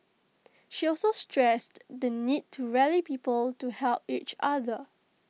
she also stressed the need to rally people to help each other